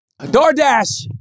DoorDash